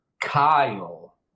Kyle